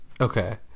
Okay